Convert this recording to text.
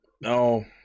no